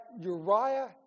Uriah